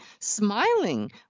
smiling